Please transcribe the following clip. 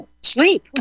sleep